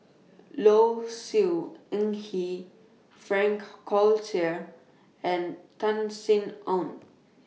Low Siew Nghee Frank Cloutier and Tan Sin Aun